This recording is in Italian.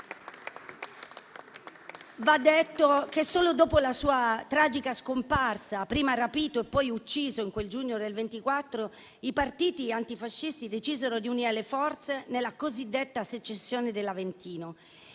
Va detto che solo dopo la sua tragica scomparsa, prima rapito e poi ucciso in quel giugno del 1924, i partiti antifascisti decisero di unire forze nella cosiddetta secessione dell'Aventino.